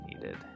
needed